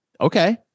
Okay